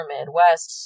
Midwest